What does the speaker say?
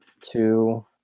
two